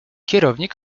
kierownik